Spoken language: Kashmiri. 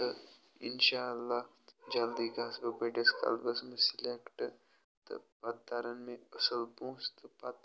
تہٕ اِنشاء اللہ جلدی گژھٕ بہٕ بٔڈس کلبَس منٛز سِلٮ۪کٹہٕ تہٕ پَتہٕ تَرن مےٚ اصٕل پۅنٛسہٕ تہٕ پَتہٕ